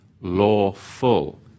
lawful